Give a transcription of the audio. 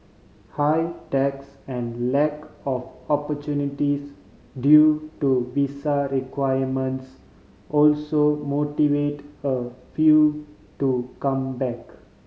high taxes and lack of opportunities due to visa requirements also motivate a few to come back